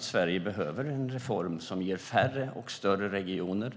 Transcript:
Sverige behöver en reform som ger färre och större regioner.